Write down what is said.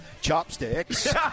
Chopsticks